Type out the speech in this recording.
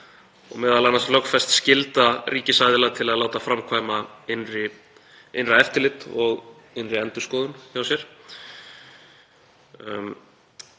og m.a. lögfest skylda ríkisaðila til að láta framkvæma innri eftirlit og innri endurskoðun hjá sér.